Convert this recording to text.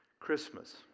Christmas